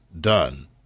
done